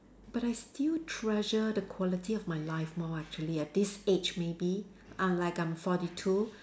but I still treasure the quality of my life more actually at this age maybe I'm like I'm forty two